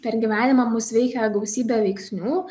per gyvenimą mus veikia gausybė veiksnių